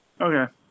Okay